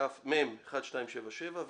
מ/1277,